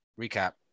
recap